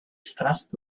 stressed